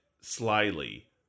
slyly